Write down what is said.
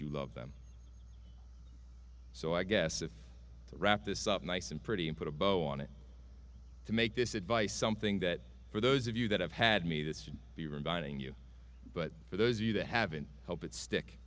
you love them so i guess if wrap this up nice and pretty and put a bow on it to make this advice something that for those of you that have had me this should be reminding you but for those of you that haven't helped it stick